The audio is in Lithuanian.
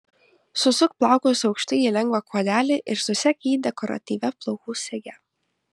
susuk plaukus aukštai į lengvą kuodelį ir susek jį dekoratyvia plaukų sege